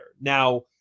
now